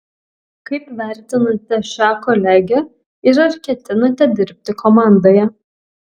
kaip vertinate šią kolegę ir ar ketinate dirbti komandoje